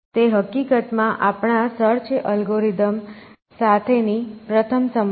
તે હકીકતમાં આપણા સર્ચ એલ્ગોરિધમ સાથેની પ્રથમ સમસ્યા છે